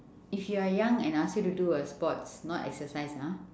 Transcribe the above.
if you're young and ask you to do a sports not exercise ah